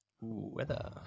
weather